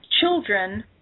children